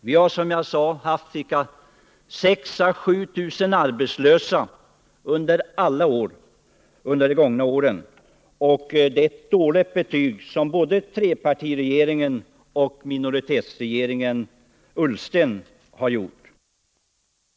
Vi har, som jag sade, haft 6 000 å 7 000 arbetslösa under alla de gångna åren. Det är ett dåligt betyg som både trepartiregeringen och minoritetsregeringen Ullsten har förtjänat. Men jag hoppas att Bertil Jonasson, Karl Erik Eriksson och Göthe Knutson, var och en inom sitt parti, verkar för att länet får flera jobb och att vi kan gå en bättre framtid till mötes.